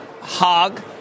hog